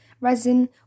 resin